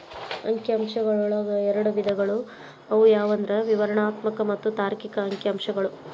ಅಂಕಿ ಅಂಶಗಳೊಳಗ ಎರಡ್ ವಿಧಗಳು ಅವು ಯಾವಂದ್ರ ವಿವರಣಾತ್ಮಕ ಮತ್ತ ತಾರ್ಕಿಕ ಅಂಕಿಅಂಶಗಳು